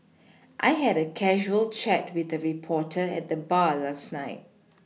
I had a casual chat with a reporter at the bar last night